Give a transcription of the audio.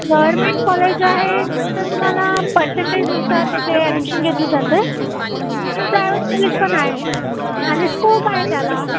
government college आहे तर तुम्हाला परसेंटेजनुसार तिथे ॲडमिशन घेतली जाते आणि प्रायवेट कॉलेज पण आहे आणि स्कोप आहे त्याला